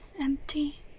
empty